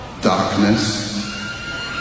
darkness